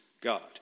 God